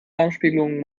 darmspiegelung